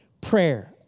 prayer